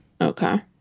Okay